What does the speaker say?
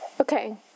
okay